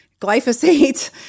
glyphosate